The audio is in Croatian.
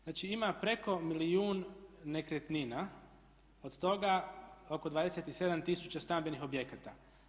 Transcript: Znači ima preko milijuna nekretnina od toga oko 27000 stambenih objekata.